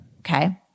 Okay